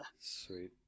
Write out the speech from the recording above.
Sweet